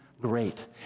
great